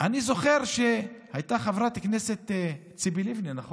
אני זוכר, הייתה חברת כנסת ציפי לבני, נכון?